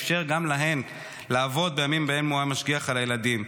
אפשר גם להן לעבוד בימים שבהם הוא היה משגיח על הילדים,